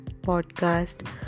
podcast